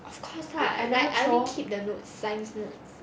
of course lah I I only keep the notes science notes